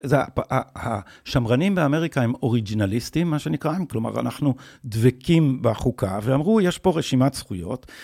השמרנים באמריקה הם אוריג'ינליסטים, מה שנקרא להם, כלומר, אנחנו דבקים בחוקה, ואמרו, יש פה רשימת זכויות.